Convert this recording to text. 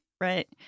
right